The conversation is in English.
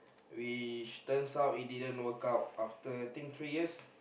we turns out it didn't work out after I think three years